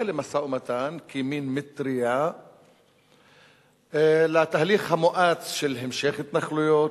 למשא-ומתן כבמין מטרייה לתהליך המואץ של המשך התנחלויות,